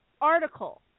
article